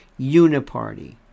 Uniparty